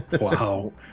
wow